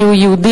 כי הוא יהודי.